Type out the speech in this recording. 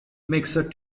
mixed